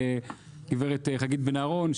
גברת חגית בן אהרון,